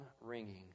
ringing